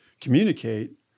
communicate